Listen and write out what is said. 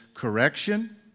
correction